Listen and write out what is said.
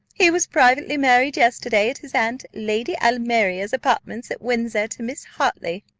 he was privately married yesterday at his aunt, lady almeria's apartments, at windsor, to miss hartley.